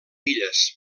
illes